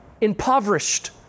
impoverished